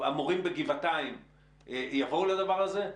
המורים בגבעתיים יבואו לדבר הזה?